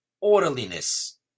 orderliness